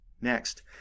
Next